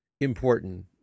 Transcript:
important